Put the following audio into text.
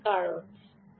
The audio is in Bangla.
কারণ C